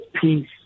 peace